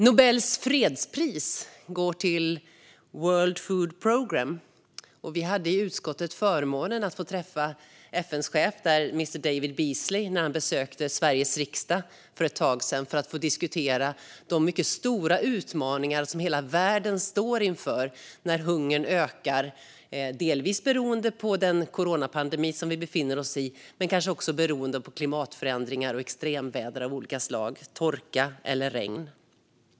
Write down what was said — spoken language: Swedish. Nobels fredspris går till World Food Programme. Vi hade i utskottet förmånen att få träffa FN:s chef där, mr David Beasley, när han för ett tag sedan besökte Sveriges riksdag för att diskutera de mycket stora utmaningar som hela världen står inför när hungern ökar, delvis beroende på den coronapandemi som vi befinner oss i men också beroende på klimatförändringar och extremväder av olika slag, torka eller regn.